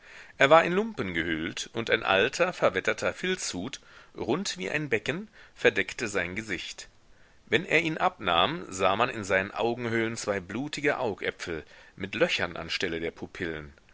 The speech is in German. er war in lumpen gehüllt und ein alter verwetterter filzhut rund wie ein becken verdeckte sein gesicht wenn er ihn abnahm sah man in seinen augenhöhlen zwei blutige augäpfel mit löchern an stelle der pupillen